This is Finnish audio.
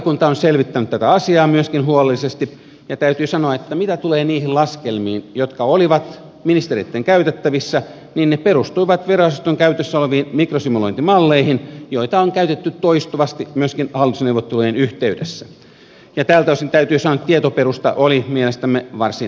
valtiovarainvaliokunta on selvittänyt myöskin tätä asiaa huolellisesti ja täytyy sanoa että mitä tulee niihin laskelmiin jotka olivat ministereitten käytettävissä niin ne perustuivat verojaoston käytössä oleviin mikrosimulointimalleihin joita on käytetty toistuvasti myöskin hallitusneuvottelujen yhteydessä ja tältä osin täytyy sanoa että tietoperusta oli mielestämme varsin asianmukainen